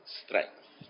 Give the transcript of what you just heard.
strength